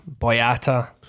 Boyata